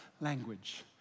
language